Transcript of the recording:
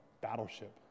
battleship